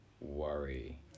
worry